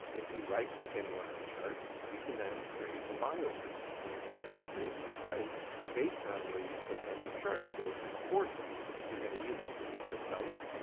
if you right click anywhere on the chart, you can then create a buy order. and it's going to create the price based on where you clicked on the chart. so it's important if you're going to use this to be precise.